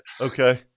Okay